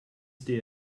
dear